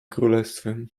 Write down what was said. królestwem